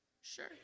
sure